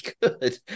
good